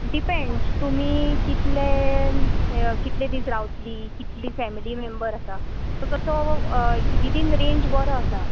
depend तुमी कितले कितले दीस रांवतली कितली फेमिली मेंबर आसा सो तसो विदीन रेंज बरो आसा